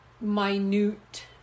minute